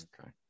okay